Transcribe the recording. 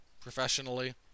professionally